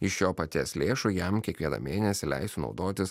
iš jo paties lėšų jam kiekvieną mėnesį leistų naudotis